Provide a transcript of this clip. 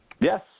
Yes